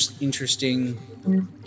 interesting